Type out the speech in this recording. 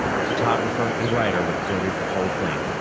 the photographer and writer recorded the whole thing.